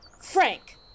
Frank